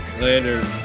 Later